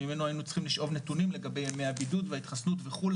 שממנו היינו צריכים לשאוב נתונים לגבי ימי הבידוד וההתחסנות וכו',